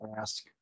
ask